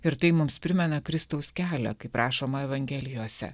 ir tai mums primena kristaus kelią kaip rašoma evangelijose